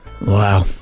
Wow